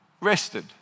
rested